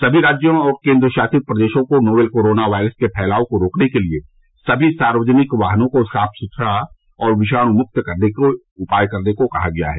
समी राज्यों और केंद्र शासित प्रदेशों को नोवल कोरोना वायरस के फैलाव को रोकने के लिए समी सार्वजनिक वाहनों को साफ सुथरा और विषाणु मुक्त करने के उपाय करने को कहा गया है